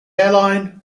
airline